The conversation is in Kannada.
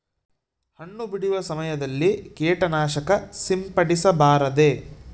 ಹಣ್ಣು ಬಿಡುವ ಸಮಯದಲ್ಲಿ ಕೇಟನಾಶಕ ಸಿಂಪಡಿಸಬಾರದೆ?